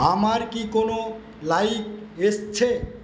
আমার কি কোনও লাইক এসেছে